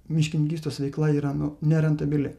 miškininkystės veikla yra nu nerentabili